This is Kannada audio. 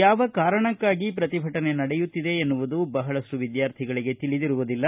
ಯಾವ ಕಾರಣಕ್ಕಾಗಿ ಪ್ರತಿಭಟನೆ ನಡೆಯುತ್ತಿದೆ ಎನ್ನುವುದು ಬಹಳಷ್ಟು ವಿದ್ಯಾರ್ಥಿಗಳಿಗೆ ತಿಳಿದಿರುವುದಿಲ್ಲ